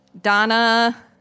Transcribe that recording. donna